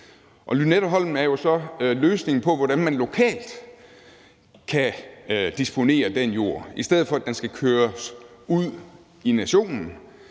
Lynetteholmen er så løsningen på, hvordan man lokalt kan disponere over den jord. Så i stedet for at køre den ud i landet